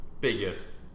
biggest